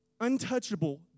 untouchable